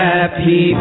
Happy